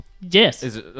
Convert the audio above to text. Yes